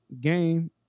game